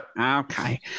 okay